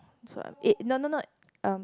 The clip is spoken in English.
is what it not not not um